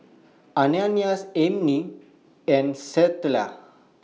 Ananias Aimee and Stella